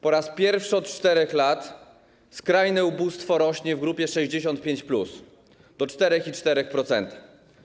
Po raz pierwszy od 4 lat skrajne ubóstwo rośnie w grupie 65+ do 4,4%.